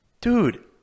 Dude